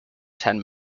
ten